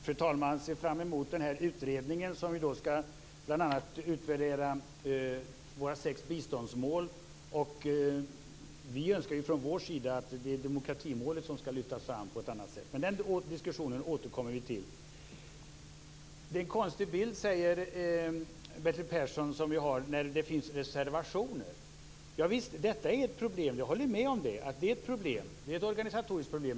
Fru talman! Jag ser fram emot den utredning som bl.a. skall utvärdera våra sex biståndsmål. Vi från vår sida önskar att demokratimålet skall lyftas fram på ett annat sätt. Men den diskussionen återkommer vi till. Det är en konstig bild vi har, säger Bertil Persson, när det finns reservationer. Javisst, detta är ett problem. Jag håller med om att det är ett organisatoriskt problem.